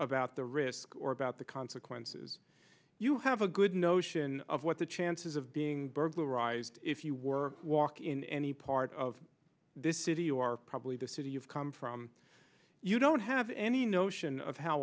about the risk or about the consequences you have a good notion of what the chances of being burglarized if you were walk in any part of this city you are probably the city you've come from you don't have any notion of how